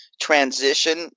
transition